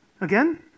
Again